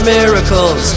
miracles